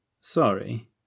Sorry